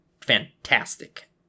fantastic